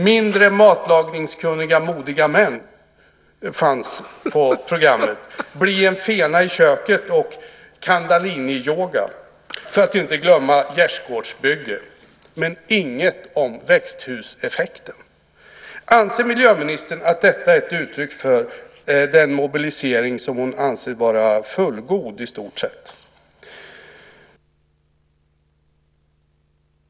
"Mindre matlagningskunniga modiga män" fanns också på programmet liksom "Bli en fena i köket", kundaliniyoga och, inte att förglömma, gärdsgårdsbygge. Men där fanns inget om växthuseffekten. Anser miljöministern att detta är ett uttryck för den mobilisering som hon anser vara i stort sett fullgod?